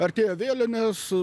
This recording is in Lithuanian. artėja vėlinės